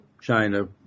China